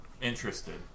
interested